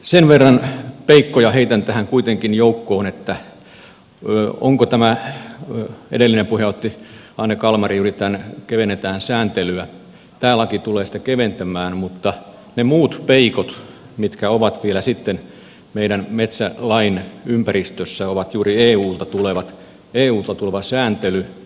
sen verran peikkoja heitän tähän kuitenkin joukkoon kun edellisessä puheessa otti anne kalmari juuri tämän kevennetään sääntelyä että laki tulee sitä keventämään mutta ne muut peikot mitkä ovat vielä sitten meidän metsälain ympäristössä ovat juuri eulta tulevaa sääntelyä